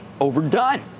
overdone